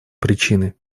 причины